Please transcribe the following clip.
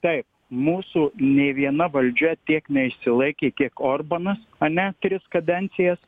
taip mūsų nei viena valdžia tiek neišsilaikė kiek orbanas ane tris kadencijas